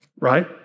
right